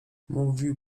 mówił